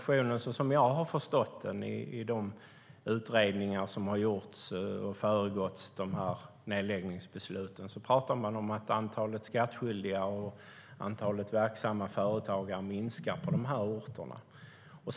I de utredningar som har föregått nedläggningsbesluten talar man om att antalet skattskyldiga och antalet verksamma företag har minskat på de här orterna.